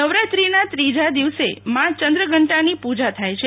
નવરાત્રીના ત્રીજા દિવસે મા ચંદ્રઘંટાની પૂજા થાય છે